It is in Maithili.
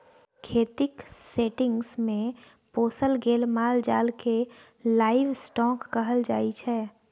खेतीक सेटिंग्स मे पोसल गेल माल जाल केँ लाइव स्टाँक कहल जाइ छै